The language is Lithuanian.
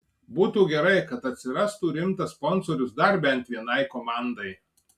būtų gerai kad atsirastų rimtas sponsorius dar bent vienai komandai